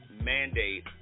mandate